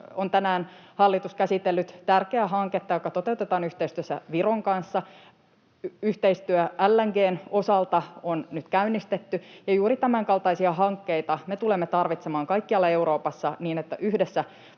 on tänään hallitus käsitellyt tärkeää hanketta, joka toteutetaan yhteistyössä Viron kanssa. Yhteistyö LNG:n osalta on nyt käynnistetty, ja juuri tämänkaltaisia hankkeita me tulemme tarvitsemaan kaikkialla Euroopassa, niin että yhdessä